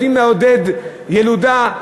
יודעים לעודד ילודה,